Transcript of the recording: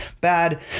bad